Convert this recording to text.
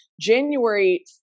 January